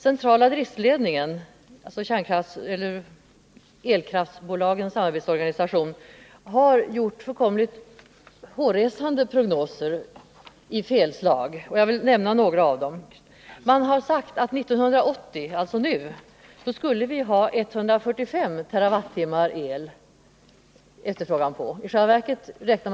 Centrala driftsledningen, alltså elkraftsbolagens arbetsorganisation, har gjort fullständigt hårresande felprognoser. Jag vill nämna några av dem. CDL har sagt att vi 1980— alltså nu — skulle ha en elefterfrågan på 145 TWh. I själva verket beräknas användningen bli ungefär 90 TWh.